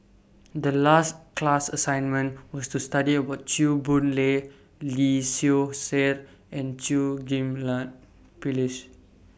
The last class assignment was to study about Chew Boon Lay Lee Seow Ser and Chew Ghim Lian Phyllis